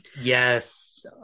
Yes